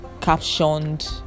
captioned